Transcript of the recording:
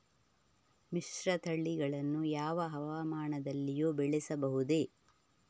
ಮಿಶ್ರತಳಿಗಳನ್ನು ಯಾವ ಹವಾಮಾನದಲ್ಲಿಯೂ ಬೆಳೆಸಬಹುದೇ?